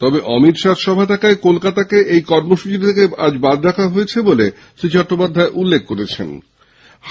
তবে অমিত শাহ্র সভা থাকায় কলকাতাকে এই কর্মসূচী থেকে আজ বাদ রাখা হয়েছে বলে শ্রী চট্টোপাধ্যায় জানান